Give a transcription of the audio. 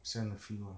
send a few ah